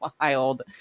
wild